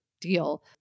deal